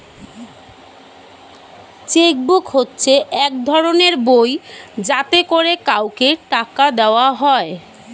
check book হচ্ছে এক ধরনের বই যাতে করে কাউকে টাকা দেওয়া হয়